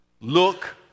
look